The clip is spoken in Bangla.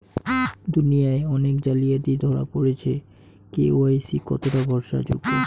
দুনিয়ায় অনেক জালিয়াতি ধরা পরেছে কে.ওয়াই.সি কতোটা ভরসা যোগ্য?